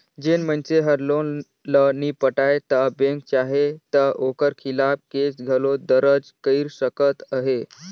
जेन मइनसे हर लोन ल नी पटाय ता बेंक चाहे ता ओकर खिलाफ केस घलो दरज कइर सकत अहे